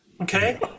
okay